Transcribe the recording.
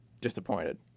disappointed